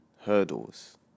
Hurdles